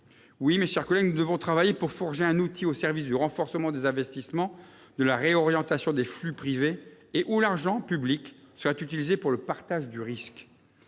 Oui, mes chers collègues, nous devons travailler pour forger un outil au service du renforcement des investissements, de la réorientation des flux privés, où l'argent public serait utilisé pour le partage du risque.